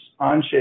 Onshape